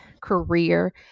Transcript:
career